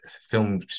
film